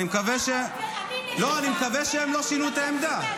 אני מקווה שהם לא שינו את העמדה.